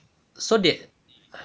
so did